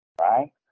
right